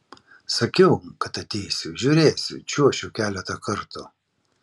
sakiau kad ateisiu žiūrėsiu čiuošiu keletą kartų